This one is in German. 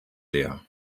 leer